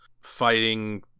fighting